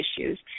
issues